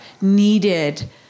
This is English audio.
needed